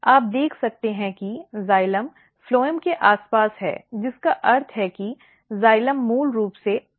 आप देख सकते हैं कि जाइलम फ्लोएम के आस पास है जिसका अर्थ है कि जाइलम मूल रूप से एडैक्सियल साइड है